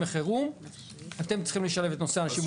בחירום אתם צריכים לשלב את נושא האנשים עם המוגבלויות.